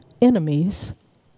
enemies